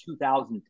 2010